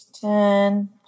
ten